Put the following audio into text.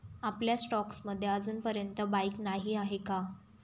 आपल्या स्टॉक्स मध्ये अजूनपर्यंत बाईक नाही आहे का?